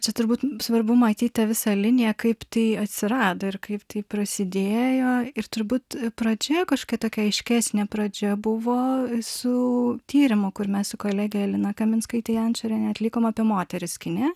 čia turbūt svarbu matyt tą visą liniją kaip tai atsirado ir kaip tai prasidėjo ir turbūt pradžioje kažkokia tokia aiškesnė pradžia buvo su tyrimu kur mes su kolege lina kaminskaite jančoriene atlikome apie moteris kine